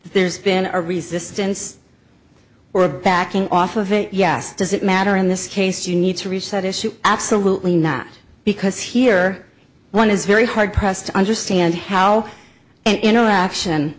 there's been a resistance or a backing off of it yes does it matter in this case you need to reach that issue absolutely not because here one is very hard pressed to understand how an interaction